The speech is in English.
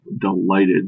delighted